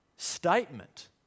statement